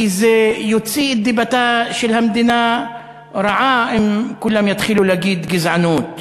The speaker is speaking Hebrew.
כי זה יוציא את דיבתה של המדינה רעה אם כולם יתחילו להגיד "גזענות".